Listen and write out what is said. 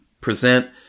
present